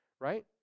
right